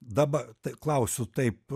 daba klausiu taip